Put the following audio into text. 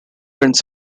friends